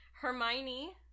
Hermione